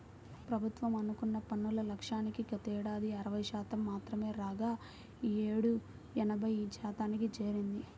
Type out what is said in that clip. ప్రభుత్వం అనుకున్న పన్నుల లక్ష్యానికి గతేడాది అరవై శాతం మాత్రమే రాగా ఈ యేడు ఎనభై శాతానికి చేరింది